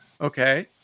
Okay